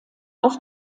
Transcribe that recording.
auf